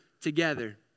together